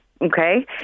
okay